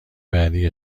بعدی